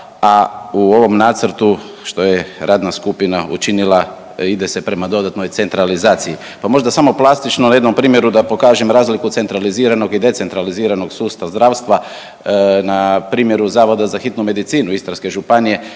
a u ovom nacrtu što je radna skupina učinila ide se prema dodatnoj centralizaciji. Pa možda samo plastično na jednom primjeru da pokažem razliku centraliziranog i decentraliziranog sustava zdravstva na primjeru Zavoda za hitnu medicinu Istarske županije.